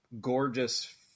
gorgeous